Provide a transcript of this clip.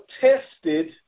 tested